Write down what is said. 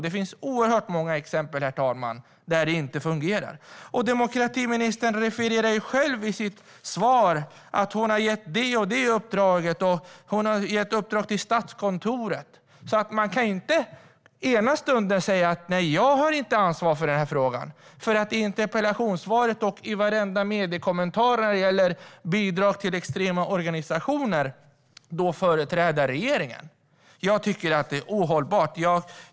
Det finns oerhört många exempel där det inte fungerar. Demokratiministern refererar själv i sitt svar att hon har gett det ena och det andra uppdraget, att hon har gett Statskontoret uppdrag. Man kan inte i ena stunden säga "Nej, jag har inte ansvar för den här frågan" för att andra stunder företräda regeringen, i interpellationssvaret och i varenda mediekommentar när det gäller bidrag till extrema organisationer. Det är ohållbart. Herr talman!